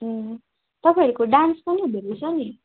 अँ तपाईँहरूको डान्स पनि हुँदोरहेछ नि